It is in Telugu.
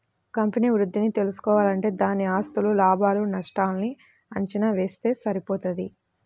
కంపెనీ వృద్ధిని తెల్సుకోవాలంటే దాని ఆస్తులు, లాభాలు నష్టాల్ని అంచనా వేస్తె సరిపోతది